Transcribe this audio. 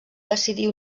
decidir